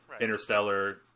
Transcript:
Interstellar